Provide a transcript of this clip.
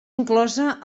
inclosa